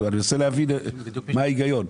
אני מנסה להבין מה ההיגיון.